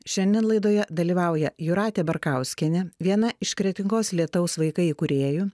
šiandien laidoje dalyvauja jūratė barkauskienė viena iš kretingos lietaus vaikai įkūrėjų